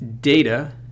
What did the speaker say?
data